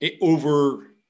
over